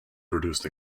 produced